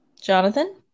Jonathan